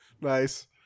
Nice